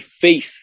faith